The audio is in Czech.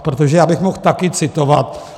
Protože já bych mohl taky citovat.